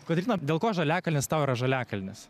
kotryna dėl ko žaliakalnis tau yra žaliakalnis